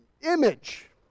image